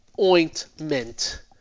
ointment